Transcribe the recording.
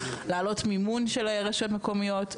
להעלות מימון של רשויות מקומיות,